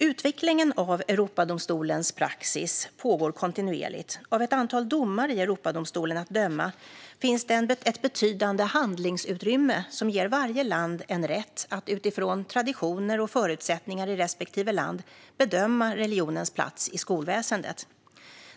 Utvecklingen av Europadomstolens praxis pågår kontinuerligt. Av ett antal domar i Europadomstolen att döma finns det ett betydande handlingsutrymme som ger varje land en rätt att, utifrån traditioner och förutsättningar i respektive land, bedöma religionens plats i skolväsendet.